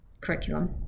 curriculum